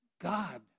God